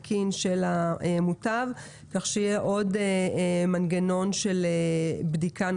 המוטב תקין ויהיה עוד מנגנון של בדיקה.